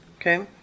okay